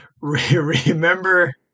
remember